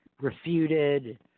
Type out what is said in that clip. refuted